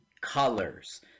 colors